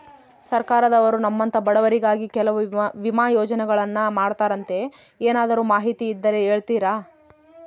ಸರ್ಕಾರದವರು ನಮ್ಮಂಥ ಬಡವರಿಗಾಗಿ ಕೆಲವು ವಿಮಾ ಯೋಜನೆಗಳನ್ನ ಮಾಡ್ತಾರಂತೆ ಏನಾದರೂ ಮಾಹಿತಿ ಇದ್ದರೆ ಹೇಳ್ತೇರಾ?